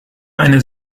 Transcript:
eine